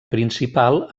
principal